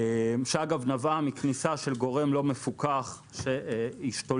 שנבעה מכניסה של גורם לא מפוקח שהשתולל.